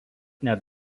net